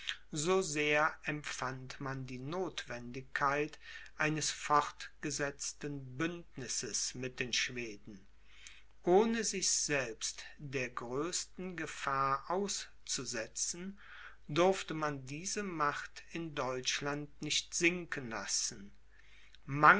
so sehr empfand man die nothwendigkeit eines fortgesetzten bündnisses mit den schweden ohne sich selbst der größten gefahr auszusetzen durfte man diese macht in deutschland nicht sinken lassen